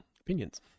opinions